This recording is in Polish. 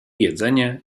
jedzenie